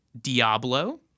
Diablo